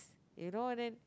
you know and then